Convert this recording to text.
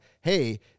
hey